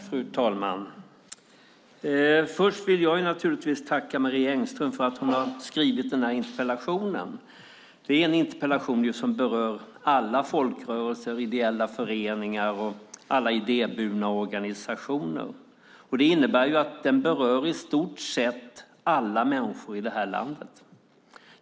Fru talman! Först vill jag naturligtvis tacka Marie Engström för att hon har skrivit den här interpellationen. Det är en interpellation som berör alla folkrörelser, ideella föreningar och idéburna organisationer. Det innebär att den berör i stort sett alla människor i det här landet.